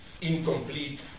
incomplete